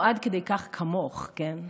כמוך, כן,